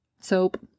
Soap